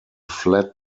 fled